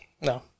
No